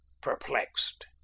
perplexed